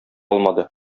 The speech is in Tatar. алмады